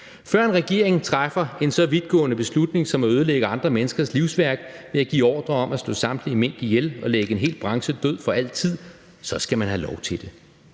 Før en regering træffer en så vidtgående beslutning som at ødelægge andre menneskers livsværk ved at give ordre om at slå samtlige mink ihjel og lægge en hel branche død for altid, så skal man have lov til det.